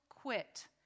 quit